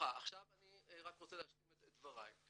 עכשיו אני רק רוצה להשלים את דבריי.